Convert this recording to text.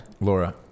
laura